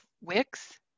Wix